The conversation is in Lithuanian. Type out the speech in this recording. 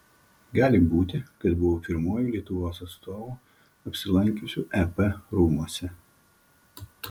gali būti kad buvau pirmuoju lietuvos atstovu apsilankiusiu ep rūmuose